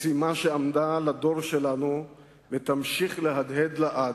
משימה שעמדה לדור שלנו ותמשיך להדהד לעד,